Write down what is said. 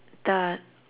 the